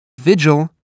Vigil